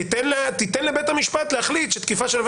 תן לבית המשפט להחליט שתקיפה של עובד